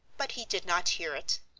but he did not hear it.